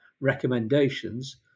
recommendations